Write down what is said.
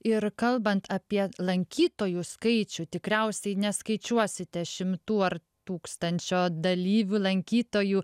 ir kalbant apie lankytojų skaičių tikriausiai neskaičiuosite šimtų ar tūkstančio dalyvių lankytojų